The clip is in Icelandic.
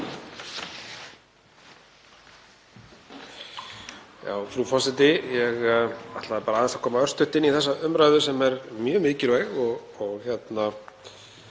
Frú forseti. Ég ætlaði aðeins að koma örstutt inn í þessa umræðu sem er mjög mikilvæg og ég